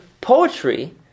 poetry